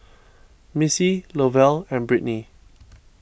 Missie Lovell and Brittnee